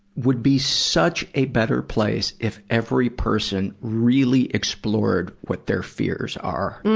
would be such a better place if every person really explored what their fears are.